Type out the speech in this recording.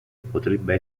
potrebbe